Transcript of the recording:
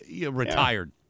retired